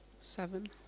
Seven